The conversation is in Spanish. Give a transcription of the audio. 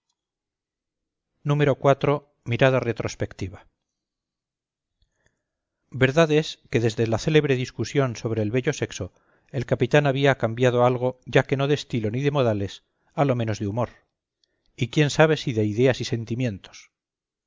discurso iv mirada retrospectiva verdad es que desde la célebre discusión sobre el bello sexo el capitán había cambiado algo ya que no de estilo ni de modales a lo menos de humor y quién sabe si de ideas y sentimientos